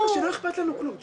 אמרת שלא אכפת לנו כלום.